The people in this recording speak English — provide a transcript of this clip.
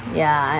ya